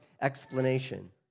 explanation